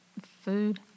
food